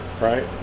Right